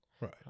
Right